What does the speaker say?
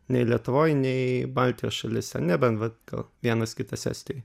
nei lietuvoj nei baltijos šalyse nebent vat vienas kitas estijoj